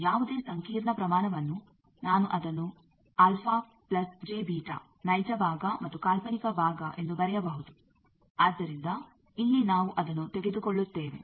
ಆದ್ದರಿಂದ ಯಾವುದೇ ಸಂಕೀರ್ಣ ಪ್ರಮಾಣವನ್ನು ನಾನು ಅದನ್ನು ನೈಜ ಭಾಗ ಮತ್ತು ಕಾಲ್ಪನಿಕ ಭಾಗ ಎಂದು ಬರೆಯಬಹುದು ಆದ್ದರಿಂದ ಇಲ್ಲಿ ನಾವು ಅದನ್ನು ತೆಗೆದುಕೊಳ್ಳುತ್ತೇವೆ